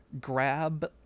grab